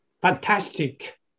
fantastic